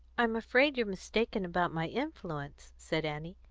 i'm afraid you're mistaken about my influence, said annie.